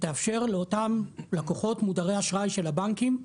שתאפשר לאותם לקוחות מודרי אשראי של הבנקים,